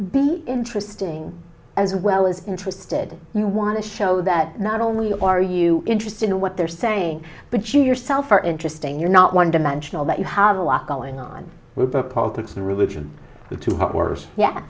be interesting as well as interested you want to show that not only are you interested in what they're saying but you yourself are interesting you're not one dimensional that you have a lot going on with their politics religion two hot wars ye